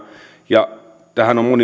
ja tähän on moni tullut